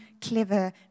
clever